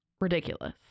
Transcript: Ridiculous